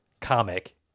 comic